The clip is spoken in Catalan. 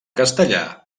castellà